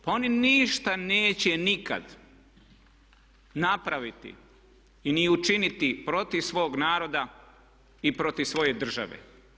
Pa oni ništa neće nikad napraviti i ni učiniti protiv svog naroda i protiv svoje države.